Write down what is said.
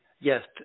Yes